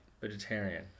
Vegetarian